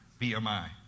BMI